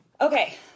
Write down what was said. Okay